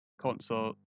console